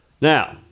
Now